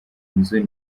nzu